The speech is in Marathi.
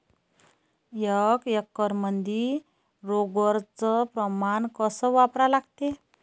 एक एकरमंदी रोगर च प्रमान कस वापरा लागते?